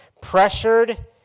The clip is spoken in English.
Pressured